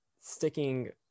sticking